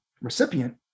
recipient